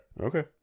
Okay